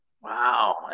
Wow